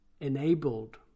enabled